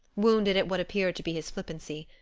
wounded at what appeared to be his flippancy.